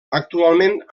actualment